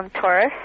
Taurus